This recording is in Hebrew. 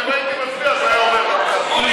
הרי אם הייתי מצביע זה היה עובר.